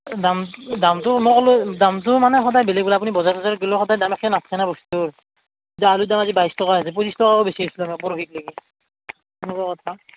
দাম দামটো মই ক'লোৱে দামটো মানে সদায় বেলেগ বেলেগ আপুনি বজাৰ চজাৰে গ'লেও সদায় দাম একে নাথাকে না বস্তুৰ ইতা আলুৰ দাম আজি বাইছ টকা হৈ আছে পঁচিছ টকাকেও বেছি আছিলোঁ আমি পৰসিক লেগি তেনেকুৱা কথা